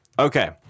Okay